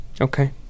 Okay